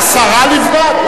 השרה לבנת,